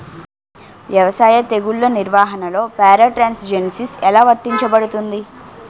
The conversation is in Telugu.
వ్యవసాయ తెగుళ్ల నిర్వహణలో పారాట్రాన్స్జెనిసిస్ఎ లా వర్తించబడుతుంది?